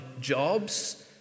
jobs